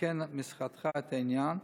יתקן משרדך את העניין?